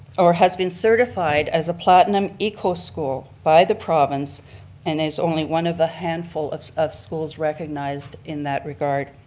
or has been certified as a platinum eco school by the province and is only one of a handful of of schools recognized in that regard.